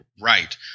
Right